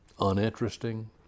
uninteresting